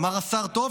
אמר השר: טוב,